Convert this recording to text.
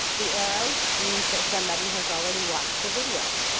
the arrow means that somebody has already watched the video.